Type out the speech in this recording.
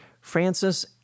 Francis